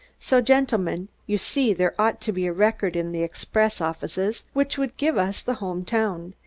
so, gentlemen, you see there ought to be a record in the express offices, which would give us the home town,